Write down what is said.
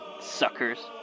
suckers